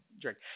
drink